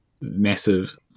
massive